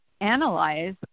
analyze